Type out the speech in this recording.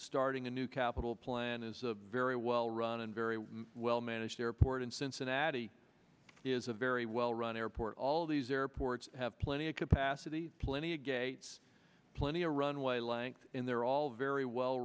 starting a new capital plan is a very well run and very well managed airport in cincinnati is a very well run airport all these airports have plenty of capacity plenty of gates plenty a runway length in there all very well